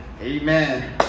amen